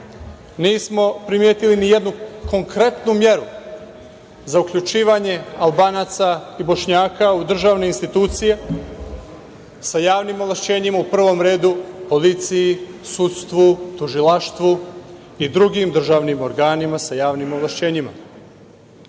nismo primetili nijednu konkretnu meru za uključivanje Albanaca i Bošnjaka u državne institucije sa javnim ovlašćenjima u prvom redu u policiji, sudstvu, tužilaštvu i drugim državnim organima sa javnim ovlašćenjima.I,